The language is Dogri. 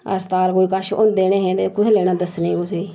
अस्पताल कोई कश होंदे नेहे ते कुत्थें लेना दस्सने कुसैई